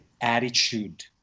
attitude